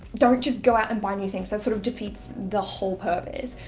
don't just go out and buy new things. that sort of defeats the whole purpose.